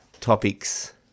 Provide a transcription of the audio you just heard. topics